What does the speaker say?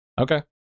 Okay